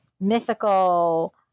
mythical